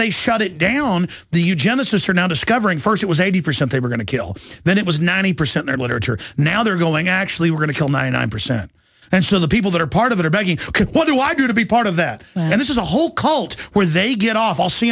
they shut it down the eugenicists are now discovering first it was eighty percent they were going to kill then it was ninety percent or literature now they're going actually we're going to kill ninety nine percent and some of the people that are part of it are begging what do i do to be part of that and this is a whole cult where they get off i'll see